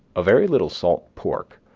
a very little salt pork,